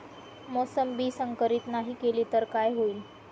मोसंबी संकरित नाही केली तर काय होईल?